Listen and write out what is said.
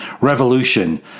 revolution